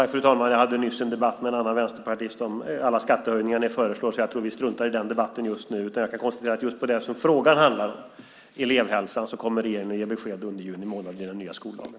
Fru talman! Jag hade nyss en debatt med en annan vänsterpartist om alla skattehöjningar som ni föreslår, så jag tror att vi struntar i den debatten just nu. Jag konstaterar att för just vad frågan handlar om, nämligen elevhälsan, kommer regeringen att ge besked under juni månad genom den nya skollagen.